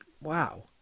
Wow